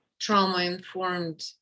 trauma-informed